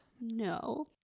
no